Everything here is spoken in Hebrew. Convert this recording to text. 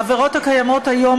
העבירות הקיימות היום